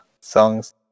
songs